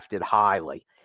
highly